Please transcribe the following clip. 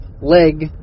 leg